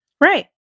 Right